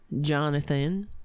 Jonathan